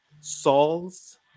Saul's